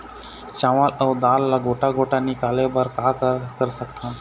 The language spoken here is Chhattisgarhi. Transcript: चावल अऊ दाल ला गोटा गोटा निकाले बर का कर सकथन?